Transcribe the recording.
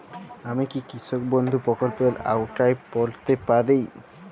আমি কি কৃষক বন্ধু প্রকল্পের আওতায় পড়তে পারি?